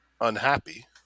unhappy